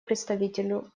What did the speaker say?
представителю